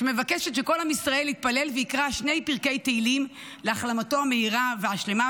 מבקשת שכל עם ישראל יתפלל ויקרא שני פרקי תהילים להחלמתו המהירה והשלמה.